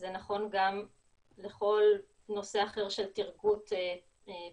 זה נכון גם לכל נושא אחר של טירגוט פרטני.